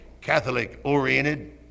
Catholic-oriented